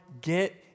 get